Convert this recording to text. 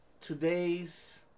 today's